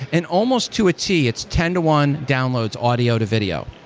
and almost to tee, it's ten to one downloads audio to video.